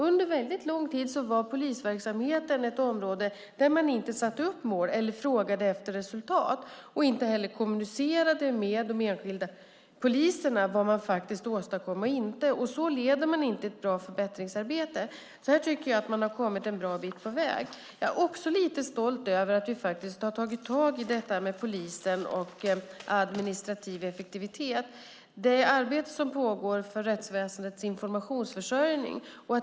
Under lång tid var polisverksamheten ett område där man inte satte upp mål eller frågade efter resultat. Man kommunicerade inte heller med de enskilda poliserna vad man faktiskt åstadkom och inte. Så leder man inte ett bra förbättringsarbete. Här tycker jag att man kommit en bra bit på väg. Jag är också lite stolt över att man tagit tag i detta med polisen och administrativ effektivitet. Det pågår arbete för rättsväsendets informationsförsörjning.